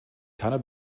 keine